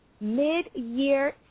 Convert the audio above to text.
Mid-Year